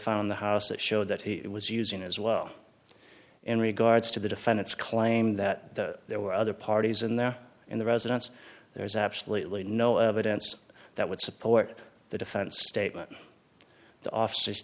found the house that showed that he was using as well in regards to the defendant's claim that there were other parties in there in the residence there's absolutely no evidence that would support the defense statement the officers